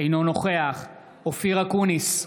אינו נוכח אופיר אקוניס,